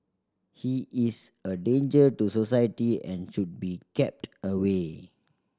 he is a danger to society and should be kept away